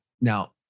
Now